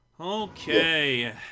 Okay